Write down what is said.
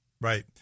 right